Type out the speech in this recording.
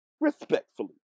Respectfully